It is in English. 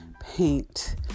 paint